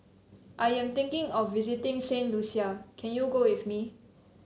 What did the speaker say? I am thinking of visiting Saint Lucia can you go with me